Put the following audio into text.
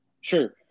sure